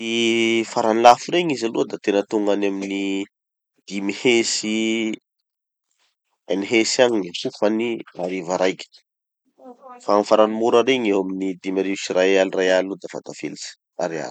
Gny farany lafo regny izy aloha da tena tonga any amy ny dimy hetsy eny hetsy agny gny hofany hariva raiky. Fa gny farany mora regny eo amy dimy arivo sy ray aly ray aly eo dafa tafilitsy. Ariary.